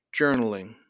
journaling